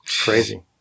crazy